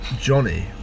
Johnny